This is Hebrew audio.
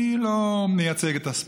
אני לא מייצג את הספורט,